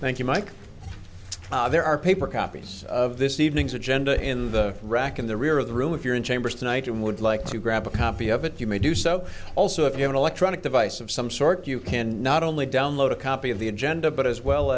thank you mike there are paper copies of this evening's agenda in the rack in the rear of the room if you're in chambers tonight and would like to grab a copy of it you may do so also if you have an electronic device of some sort you can not only download a copy of the agenda but as well